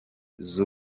z’u